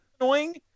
annoying